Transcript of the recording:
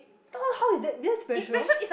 don't know how is that that's special